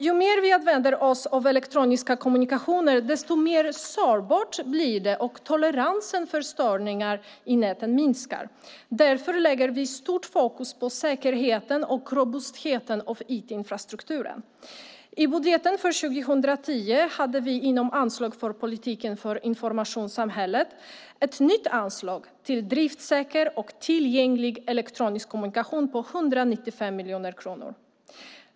Ju mer vi använder oss av elektroniska kommunikationer, desto mer sårbara blir de, och toleransen för störningar i näten minskar. Därför lägger vi stort fokus på säkerheten och robustheten i IT-infrastrukturen. I budgeten för 2010 hade vi inom anslaget för Politiken för informationssamhället ett nytt anslag till driftsäker och tillgänglig elektronisk kommunikation på 195 miljoner kronor.